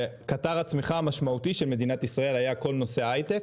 שקטר הצמיחה המשמעותי של מדינת ישראל היה כל נושא ההייטק,